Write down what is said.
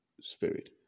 spirit